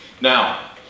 Now